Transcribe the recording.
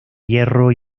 hierro